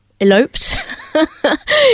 Eloped